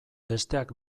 besteak